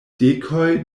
dekoj